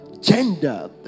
gender